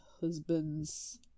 husband's